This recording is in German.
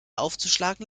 aufzuschlagen